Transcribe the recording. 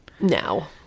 now